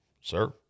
Sir